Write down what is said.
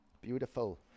beautiful